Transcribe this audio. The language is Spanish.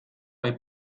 hay